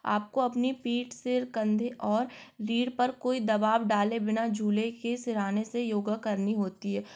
आपको अपनी पीठ से कंधे और रीढ़ पर कोई दबाव डाले बिना झूले के सिरहाने से योगा करनी होती है